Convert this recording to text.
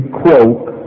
quote